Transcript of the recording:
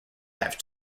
have